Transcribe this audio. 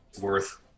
worth